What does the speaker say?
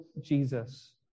Jesus